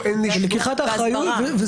זה